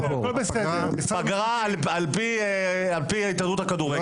פגרה על פי ההתאחדות לכדורגל.